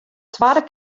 twadde